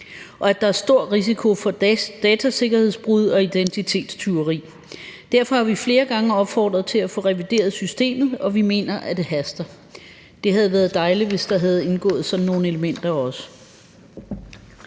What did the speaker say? og at der er stor risiko for datasikkerhedsbrud og identitetstyveri. Derfor har vi flere gange opfordret til at få revideret systemet, og vi mener, at det haster. Det havde været dejligt, hvis der også havde indgået sådan nogle elementer.